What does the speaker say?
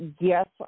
yes